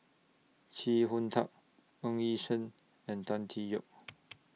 Chee Hong Tat Ng Yi Sheng and Tan Tee Yoke